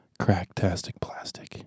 CrackTasticPlastic